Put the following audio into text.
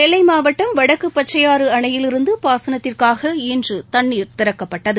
நெல்லை மாவட்டம் வடக்கு பச்சையாறு அணையிலிருந்து பாசனத்திற்காக இன்று தண்ணீர் திறக்கப்பட்டது